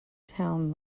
town